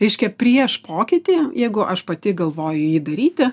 reiškia prieš pokytį jeigu aš pati galvoju jį daryti